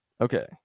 Okay